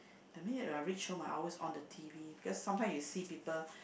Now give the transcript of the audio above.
that mean when I reach home ah I always on the T_V because sometimes you see people